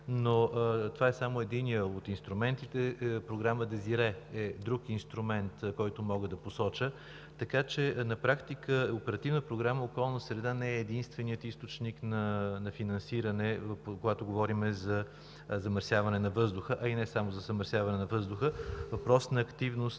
но това е само единият от инструментите. Програмата DESIREE е друг инструмент, който мога да посоча. Така че на практика Оперативна програма „Околна среда“ не е единственият източник на финансиране, когато говорим за замърсяване на въздуха, а и не само за замърсяване на въздуха. Въпрос на активност